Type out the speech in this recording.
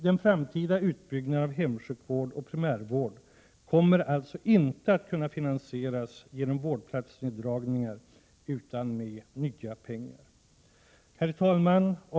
Den framtida utbyggnaden av hemsjukvården och primärvården kommer alltså inte att kunna finansieras genom vårdplatsneddragningar, utan den skall finansieras med nya pengar. Herr talman!